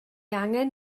angen